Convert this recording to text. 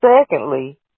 Secondly